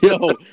Yo